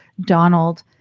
Donald